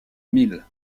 mil